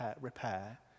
repair